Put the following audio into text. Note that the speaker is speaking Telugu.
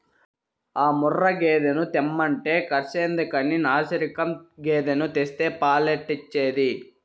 ఆ ముర్రా గేదెను తెమ్మంటే కర్సెందుకని నాశిరకం గేదెను తెస్తే పాలెట్టొచ్చేది